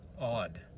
odd